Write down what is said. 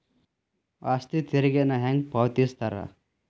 ಆಸ್ತಿ ತೆರಿಗೆನ ಹೆಂಗ ಪಾವತಿಸ್ತಾರಾ